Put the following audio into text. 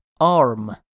ARM